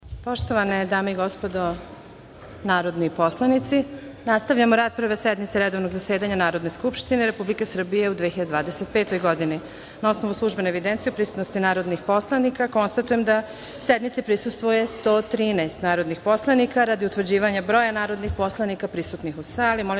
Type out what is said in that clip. Poštovane dame i gospodo narodni poslanici, nastavljamo rad Prve sednice Prvog redovnog zasedanja Narodne skupštine Republike Srbije u 2025. godini. Na osnovu službene evidencije o prisutnosti narodnih poslanika, konstatujem da sednici prisustvuju 113 narodna poslanika. Radi utvrđivanja broja narodnih poslanika prisutnih u sali,